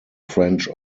french